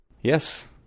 Yes